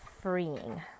freeing